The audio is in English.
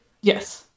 Yes